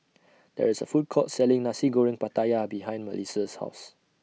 There IS A Food Court Selling Nasi Goreng Pattaya behind Melisa's House